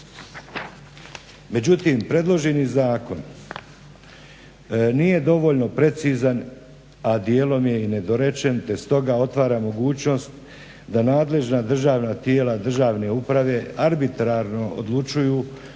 Međutim predloženi zakon nije dovoljno precizan a dijelom je i nedorečen te stoga otvara mogućnost da nadležna državna tijela državne uprave arbitrarno odlučuju